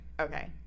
Okay